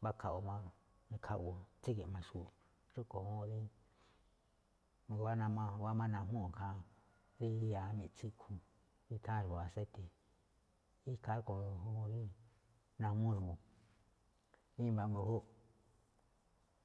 mbá khaꞌwo má̱ eꞌne khaꞌwuu tsígi̱ꞌma xu̱u̱ꞌ, rúꞌkhue̱n juun rí, i̱wa̱á máꞌ najmúu̱ ikhaa rí iya rí miꞌtsín a̱ꞌkhue̱n, rí nutháán xa̱bo̱ aseite̱, ikhaa rúꞌkhue̱n juun rí najmúú xa̱bo̱. I̱mba̱ mbu̱júꞌ.